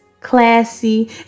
classy